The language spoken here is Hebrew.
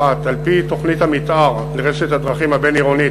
1. על-פי תוכנית המתאר לרשת הדרכים הבין-עירונית,